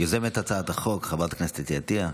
יוזמת הצעת החוק: חברת הכנסת אתי עטייה.